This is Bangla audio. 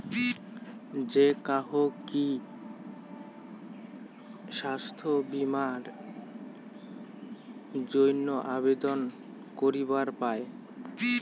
যে কাহো কি স্বাস্থ্য বীমা এর জইন্যে আবেদন করিবার পায়?